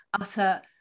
utter